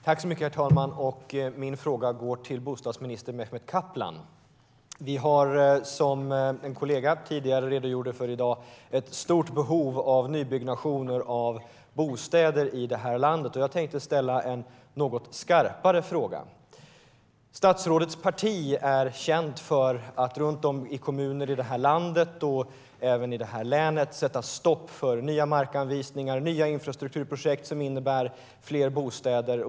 Herr talman! Min fråga går till bostadsminister Mehmet Kaplan. Vi har, som en kollega tidigare redogjorde för, ett stort behov av nybyggnation av bostäder i det här landet. Jag tänkte ställa en något skarpare fråga. Statsrådets parti är känt för att runt om i kommuner i landet och även i detta län sätta stopp för nya markanvisningar och nya infrastrukturprojekt som innebär fler bostäder.